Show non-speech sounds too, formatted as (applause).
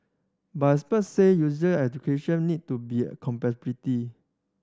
but expert said user education need to be (unintelligible)